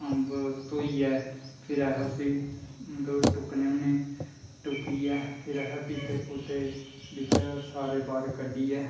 अम्ब धोइयै फेर अस उस्सी टुक्कनें होन्ने टुक्कियै फिर अस पीपे पूपे बिचा सारे बाह्र कड्ढियै